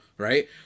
Right